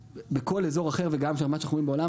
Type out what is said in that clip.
בכל אזור אחר וגם ממה שאנחנו רואים בעולם